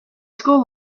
school